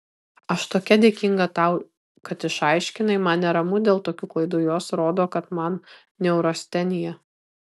aš tokia dėkinga tau kad išaiškinai man neramu dėl tokių klaidų jos rodo kad man neurastenija